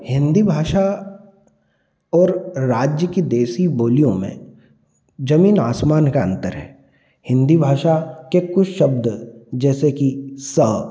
हिंदी भाषा और राज्य की देसी बोलियों में जमीन आसमान का अंतर है हिंदी भाषा के कुछ शब्द जैसे कि स